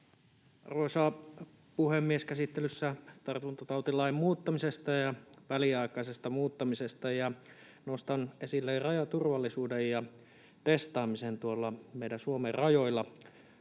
Arvoisa puhemies! Käsittelyssä esitys tartuntatautilain muuttamisesta ja väliaikaisesta muuttamisesta, ja nostan esille rajaturvallisuuden ja testaamisen tuolla meidän Suomen rajoilla.